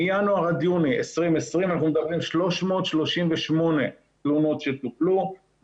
מינואר עד יוני 2020 אנחנו מדברים על 338 תלונות שטופלו,